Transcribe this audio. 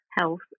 health